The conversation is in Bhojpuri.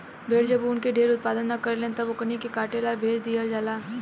भेड़ जब ऊन के ढेर उत्पादन न करेले तब ओकनी के काटे ला भेज दीहल जाला